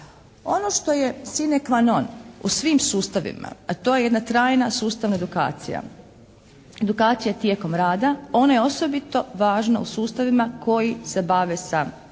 Ono što je sine qua non u svim sustavima, a to je jedna trajna sustavna edukacija, edukacija tijekom rada, ona je osobito važna u sustavima koji se bave sa ljudima,